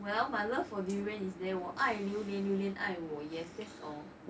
well my love for durian is there 我爱榴莲榴莲爱我 yes that's all